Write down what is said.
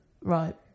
Right